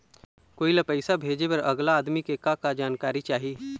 कोई ला पैसा भेजे बर अगला आदमी के का का जानकारी चाही?